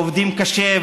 ועובדים קשה,